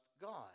God